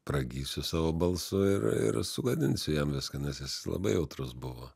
pragysiu savo balsu ir ir sugadinsiu jam viską nes jis labai jautrus buvo